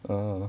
(uh huh)